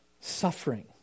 suffering